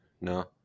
No